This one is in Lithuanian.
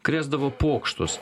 krėsdavo pokštus